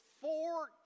four